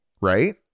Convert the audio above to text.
right